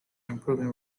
improving